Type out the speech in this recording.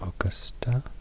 Augusta